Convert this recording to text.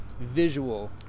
visual